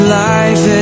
life